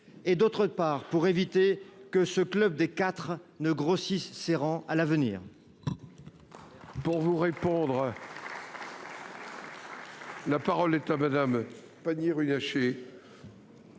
décision et pour éviter que ce club des quatre ne grossisse ses rangs à l’avenir